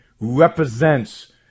represents